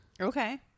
Okay